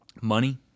Money